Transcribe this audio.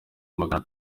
magana